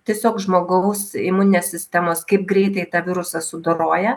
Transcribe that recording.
tiesiog žmogaus imuninės sistemos kaip greitai tą virusą sudoroja